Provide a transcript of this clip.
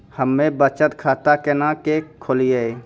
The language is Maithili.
हम्मे बचत खाता केना के खोलियै?